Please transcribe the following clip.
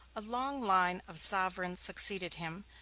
a long line of sovereigns succeeded him,